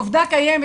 עובדה קיימת,